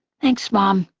thanks, mom.